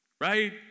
Right